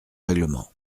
règlement